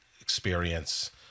experience